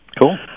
Cool